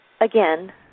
Again